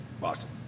Boston